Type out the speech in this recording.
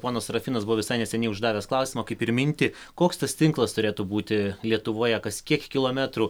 ponas serafinas buvo visai neseniai uždavęs klausimą kaip ir mintį koks tas tinklas turėtų būti lietuvoje kas kiek kilometrų